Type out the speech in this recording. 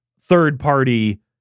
third-party